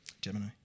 Gemini